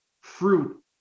fruit